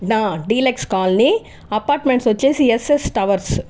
deluxe colony apartments వచ్చేసి S S towers